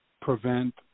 prevent